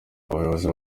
abayobozi